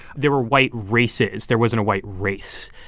there were white races. there wasn't a white race.